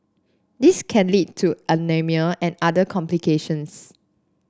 this can lead to anaemia and other complications